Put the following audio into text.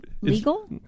legal